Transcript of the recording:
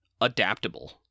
adaptable